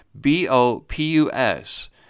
B-O-P-U-S